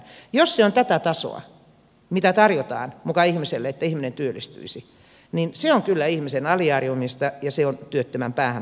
jos se on tätä tasoa mitä tarjotaan muka ihmiselle että ihminen työllistyisi niin se on kyllä ihmisen aliarvioimista ja se on työttömän päähän potkimista